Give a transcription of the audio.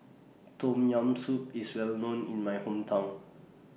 Tom Yam Soup IS Well known in My Hometown